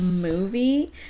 movie